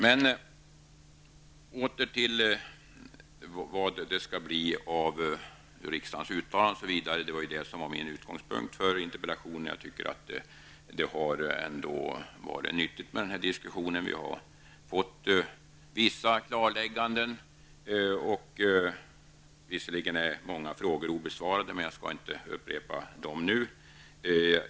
Men åter till frågan om hur det kommer att gå med riksdagens uttalande -- det var ju det som var utgångspunkten för min interpellation. Jag tycker ändå att den här diskussionen har varit nyttig. Det har gjorts en del klarlägganden. Visserligen är många frågor obesvarade, men jag skall inte upprepa dessa nu.